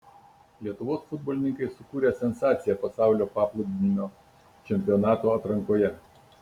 lietuvos futbolininkai sukūrė sensaciją pasaulio paplūdimio čempionato atrankoje